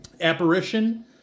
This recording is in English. Apparition